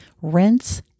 rinse